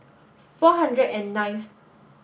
four hundred and ninth